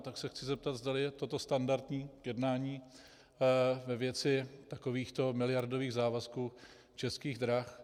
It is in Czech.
Tak se chci zeptat, zdali je toto standardní jednání ve věci takovýchto miliardových závazků Českých drah.